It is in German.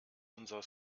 unser